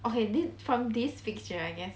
okay this from this picture I guess